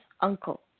uncle